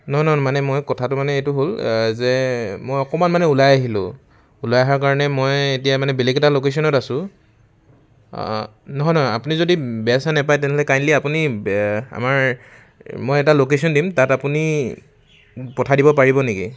নহয় নহয় মই মানে কথাটো মানে এইটো হ'ল যে মই অকণমান মানে ওলাই আহিলো ওলাই অহাৰ কাৰণে মই এতিয়া মানে বেলেগ এটা লোকেশ্যনত আছোঁ নহয় নহয় আপুনি যদি বেয়া চেয়া নাপায় তেনেহ'লে কাইণ্ডলি আপুনি আমাৰ মই এটা লকেশ্যন দিম তাত আপুনি পঠাই দিব পাৰিব নেকি